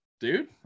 dude